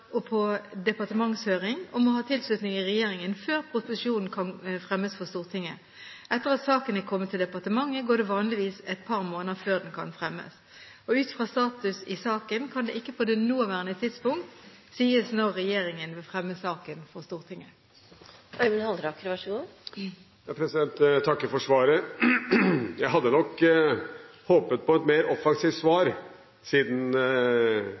på departementshøring og må ha tilslutning i regjeringen før proposisjonen kan fremmes for Stortinget. Etter at saken er kommet til departementet, går det vanligvis et par måneder før den kan fremmes. Ut fra status i saken kan det ikke på det nåværende tidspunkt sies når regjeringen vil fremme saken for Stortinget. Jeg takker for svaret. Jeg hadde nok håpet på et mer offensivt svar, siden